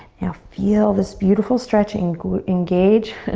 now feel this beautiful stretch. and engage,